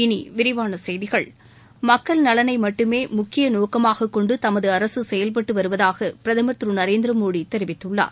இனி விரிவான செய்திகள் மக்கள் நலனை மட்டுமே முக்கிய நோக்கமாக கொண்டு தமது அரசு செயல்பட்டு வருவதாக பிரதமர் திரு நரேந்திர மோடி தெரிவித்துள்ளார்